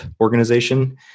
organization